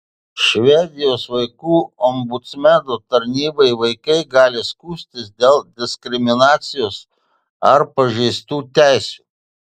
švedijos vaikų ombudsmeno tarnybai vaikai gali skųstis dėl diskriminacijos ar pažeistų teisių